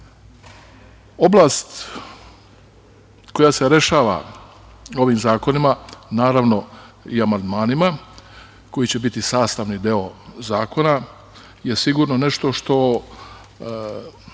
zakona. Oblast koja se rešava ovim zakonima, naravno i amandmanima, koji će biti sastavni deo zakona, je sigurno nešto što